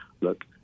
look